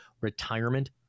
retirement